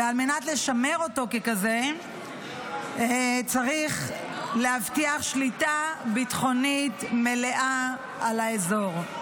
ועל מנת לשמר אותו ככזה צריך להבטיח שליטה ביטחונית מלאה על האזור.